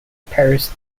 paris